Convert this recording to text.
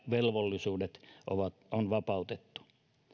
velvollisuudet on vapautettu